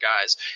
guys